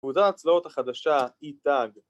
הצלעות החדשה, אי-טאג.